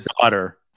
daughter